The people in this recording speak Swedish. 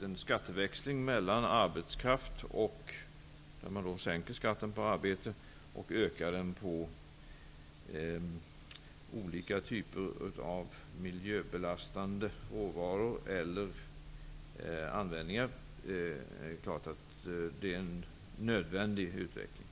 En skatteväxling, där man sänker skatten på arbete och ökar den på olika typer av miljöbelastande råvaror eller användningen av sådana, är självfallet en nödvändig utveckling.